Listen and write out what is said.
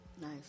Nice